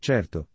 Certo